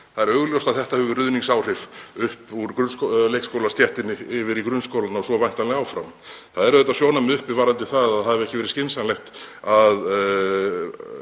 Það er augljóst að þetta hefur ruðningsáhrif upp úr leikskóla yfir í grunnskólana og svo væntanlega áfram. Það eru auðvitað sjónarmið uppi varðandi það að ekki hafi verið skynsamlegt að